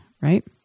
right